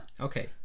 Okay